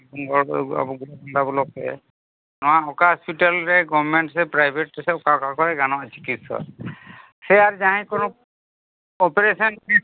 ᱵᱞᱚᱠᱨᱮ ᱱᱚᱣᱟ ᱚᱠᱟ ᱦᱚᱸᱥᱯᱤᱴᱟᱞᱨᱮ ᱜᱚᱵᱽᱢᱮᱱᱴ ᱥᱮ ᱯᱨᱟᱭᱵᱷᱮᱴ ᱨᱮ ᱥᱮ ᱚᱠᱟ ᱚᱠᱟ ᱠᱚᱨᱮ ᱜᱟᱱᱚᱜᱼᱟ ᱪᱤᱠᱤᱥᱥᱟ ᱥᱮ ᱟᱨ ᱡᱟᱦᱟᱸᱭ ᱠᱚ ᱚᱯᱟᱨᱮᱥᱚᱱ